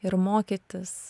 ir mokytis